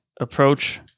approach